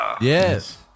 Yes